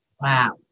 Wow